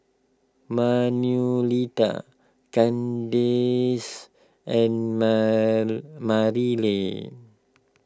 Manuelita Kandice and Marilyn